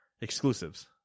exclusives